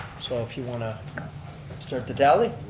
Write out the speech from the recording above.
so if you want to start the tally.